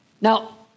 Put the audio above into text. Now